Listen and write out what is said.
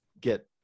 get